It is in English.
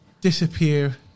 disappear